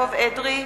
יעקב אדרי,